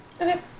okay